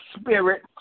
spirit